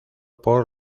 por